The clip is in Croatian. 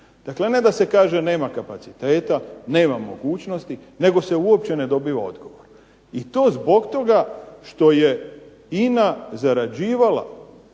Dakle ne da se kaže nema kapaciteta, nema mogućnosti, nego se uopće ne dobiva odgovor. I to zbog toga što je INA zarađivala